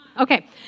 Okay